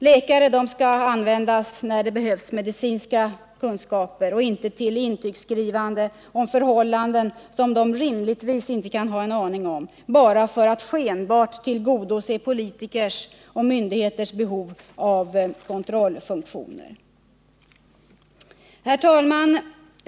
Läkare skall användas där medicinska kunskaper behövs och inte för intygsskrivande om förhållanden som de rimligtvis inte kan ha en aning om, bara för att skenbart tillgodose politikers behov av kontrollfunktioner. Herr talman!